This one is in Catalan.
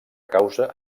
causa